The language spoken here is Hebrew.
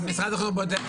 אבל משרד הבריאות בודק.